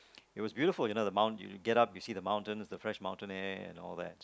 it was beautiful you know the mount you get up you see the mountain with the fresh mountain air and all that